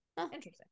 interesting